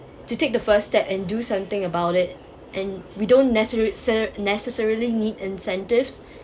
to take the first step and do something about it and we don't neces~ se~ necessarily need incentives